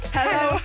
Hello